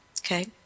Okay